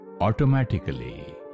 automatically